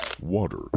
Water